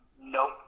Nope